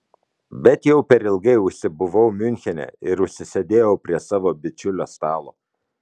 bet jau per ilgai užsibuvau miunchene ir užsisėdėjau prie savo bičiulio stalo